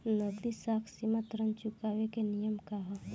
नगदी साख सीमा ऋण चुकावे के नियम का ह?